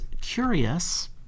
curious